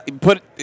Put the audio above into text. Put